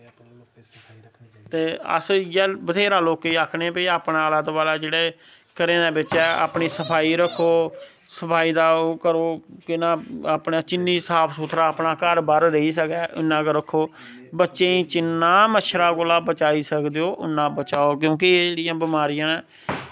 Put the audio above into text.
ते अस इयै बत्थेरा लोकें भाई अपनै आलै दौआलै जेह्ड़े घरैं दै बिच्च अपनी सफाई रक्खो सफाई दा ओ करो केह् नांऽ अपनै जिन्नी साफ सुथरा अपना घर बाह्र रेही सकै उन्ना क रक्खो बच्चेंई जिन्ना मच्छरै कोला बचाई सकदे ओ उन्ना बचाओ क्योंकि जेह्ड़ियां बमारियां न